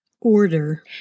Order